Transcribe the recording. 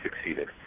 succeeded